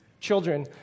children